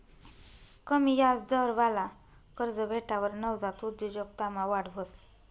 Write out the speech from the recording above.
कमी याजदरवाला कर्ज भेटावर नवजात उद्योजकतामा वाढ व्हस